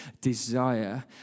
desire